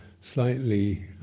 slightly